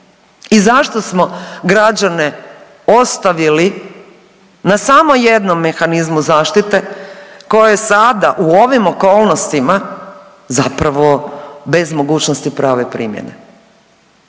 I zašto smo građane ostavili na samo jednom mehanizmu zaštite koji sada u ovim okolnostima zapravo bez mogućnosti prave primjene.